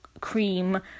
cream